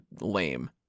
lame